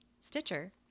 Stitcher